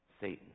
Satan